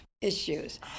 issues